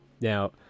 Now